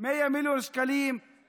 100 מיליון שקלים,